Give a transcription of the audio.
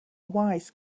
wise